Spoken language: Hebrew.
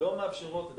מתחת לקביעה הזאת.